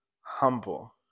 Humble